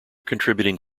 contributing